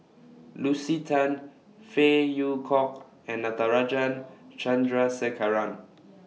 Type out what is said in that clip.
Lucy Tan Phey Yew Kok and Natarajan Chandrasekaran